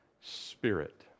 Spirit